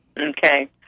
Okay